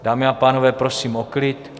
Dámy a pánové, prosím o klid!